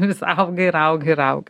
vis auga ir auga ir auga